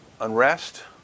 Unrest